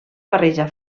barreja